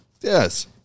Yes